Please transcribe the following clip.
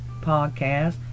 podcast